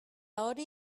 hori